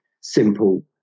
simple